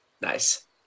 Nice